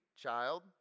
child